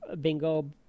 bingo